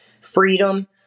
freedom